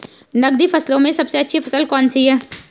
नकदी फसलों में सबसे अच्छी फसल कौन सी है?